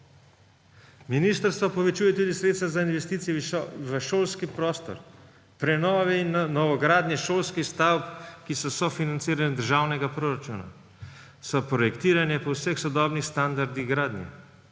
Ministrstvo povečuje tudi sredstva za investicije v šolski prostor. Prenove in novogradnje šolskih stavb, ki so sofinanciranje iz državnega proračuna, so projektiranje po vseh sodobni standardni gradnji,